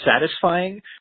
satisfying